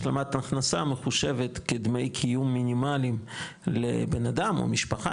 השלמת הכנסה מחושבת כדמי קיום מינימליים לבן אדם או משפחה